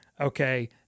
Okay